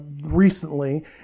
recently